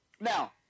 Now